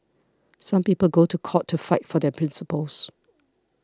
some people go to court to fight for their principles